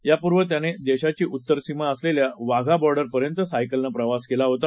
यापूर्वी त्याने देशाची उत्तर सीमा असलेल्या वाघा बॅर्डरपर्यंत सायकलनं प्रवास केला आहे